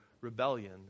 rebellion